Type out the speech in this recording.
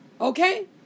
Okay